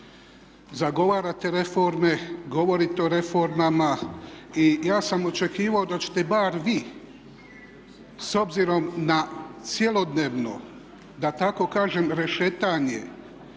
Zagovarate reforme, govorite o reformama i ja sam očekivao da ćete bar vi s obzirom na cjelodnevno da tako kažem rešetanje